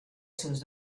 sus